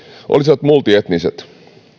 olisivat multietniset